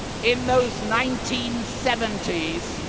in those nineteen seventy s,